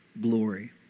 glory